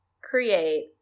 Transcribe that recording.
create